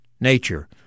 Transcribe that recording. nature